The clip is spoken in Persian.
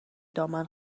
دامن